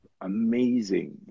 amazing